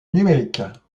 numériques